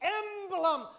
emblem